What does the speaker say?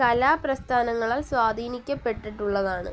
കലാപ്രസ്ഥാനങ്ങള സ്വാധീനിക്കപ്പെട്ടിട്ടുള്ളതാണ്